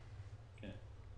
כן.